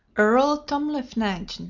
earl tomlefnagne,